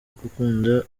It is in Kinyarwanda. gukunda